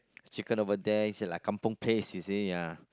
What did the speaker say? chicken over there it's like kampung place you see ya